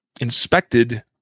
inspected